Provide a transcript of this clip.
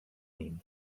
nimi